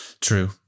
True